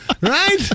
right